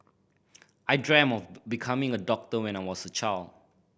I dreamt of becoming a doctor when I was a child